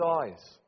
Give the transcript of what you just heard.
eyes